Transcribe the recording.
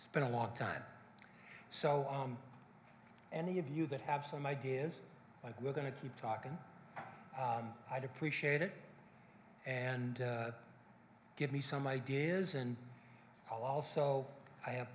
it's been a long time so any of you that have some ideas like we're going to keep talking i'd appreciate it and give me some ideas and also i have